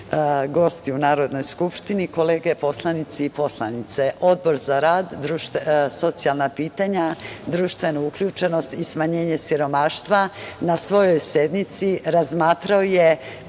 gosti u Narodnoj skupštini, kolege poslanici i poslanice, Odbor za rad, socijalna pitanja, društvenu uključenost i smanjenje siromaštva na svojoj sednici razmatrao je